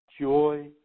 Joy